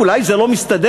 אולי זה לא מסתדר,